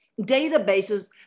databases